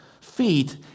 feet